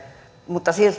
mutta